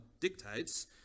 dictates